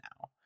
now